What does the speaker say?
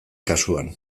kasuan